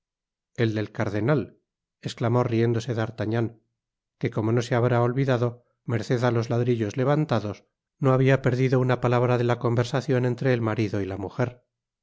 el del cardenal esclamó riéndose d'artagnan que como no se habrá olvidado merced á los ladrillos levantados no habia perdido una palabra de la conversacion entre el marido y la mujer